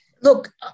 Look